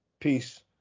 Peace